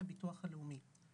זה הביטוח הלאומי.